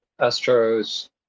Astro's